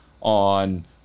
on